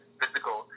physical